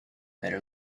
better